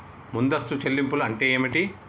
ముందస్తు చెల్లింపులు అంటే ఏమిటి?